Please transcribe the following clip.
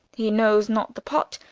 he knows not the pot,